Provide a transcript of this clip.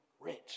rich